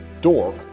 dork